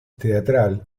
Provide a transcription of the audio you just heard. teatral